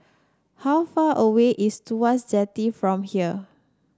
how far away is Tuas Jetty from here